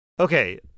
Okay